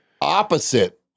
opposite